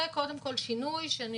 זה קודם כול שינוי,